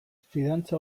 fidantza